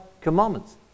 commandments